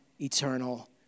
eternal